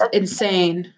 insane